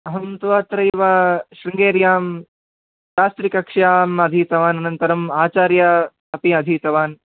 अहं तु अत्रैव शृङ्गेर्यां शास्त्रिकक्ष्याम् अधीतवान् अनन्तरम् आचार्या अपि अधीतवान्